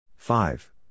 Five